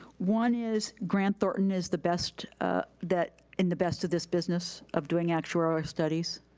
one is grant thornton is the best that, in the best of this business of doing actuarial studies?